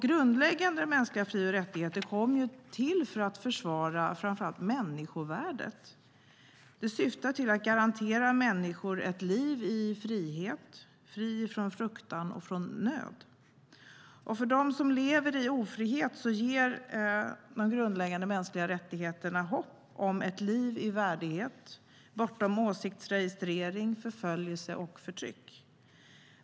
Grundläggande mänskliga fri och rättigheter kom till för att försvara framför allt människovärdet och syftar till att garantera människor ett liv i frihet från fruktan och nöd. För dem som lever i ofrihet ger de grundläggande mänskliga rättigheterna hopp om ett liv i värdighet, bortom åsiktsregistrering, förföljelse och förtryck.